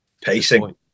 pacing